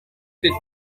feto